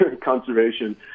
conservation